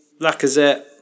Lacazette